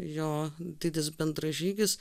jo didis bendražygis